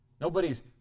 nobody's